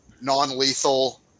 non-lethal